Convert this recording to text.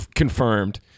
Confirmed